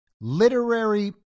literary